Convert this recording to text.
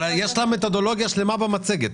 יש לה מתודולוגיה שלמה במצגת.